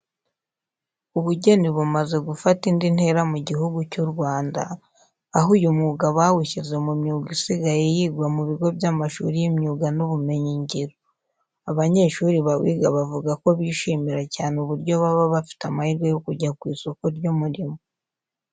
Ubugeni bumaze gufata indi ntera mu Gihugu cy'u Rwanda, aho uyu mwuga bawushyize mu myuga isigaye yigwa mu bigo by'amashuri y'imyuga n'ubumenyingiro. Abanyeshuri bawiga bavuga ko bishimira cyane uburyo baba bafite amahirwe yo kujya ku isoko ry'umurimo.